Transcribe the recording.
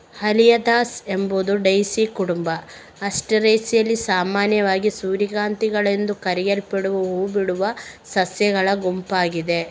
Helianthus ಎಂಬುದು daisy ಕುಟುಂಬ ಆಸ್ಟರೇಸಿಯಲ್ಲಿ ಸಾಮಾನ್ಯವಾಗಿ ಸೂರ್ಯಕಾಂತಿಗಳೆಂದು ಕರೆಯಲ್ಪಡುವ ಹೂ ಬಿಡುವ ಸಸ್ಯಗಳ ಗುಂಪಾಗಿದೆ